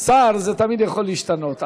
שר זה תמיד יכול להשתנות,